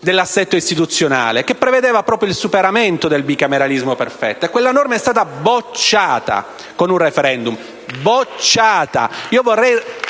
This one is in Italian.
dell'assetto istituzionale, che prevedeva proprio il superamento del bicameralismo perfetto, e quella norma è stata bocciata con un *referendum*: bocciata! *(Applausi